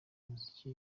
umuziki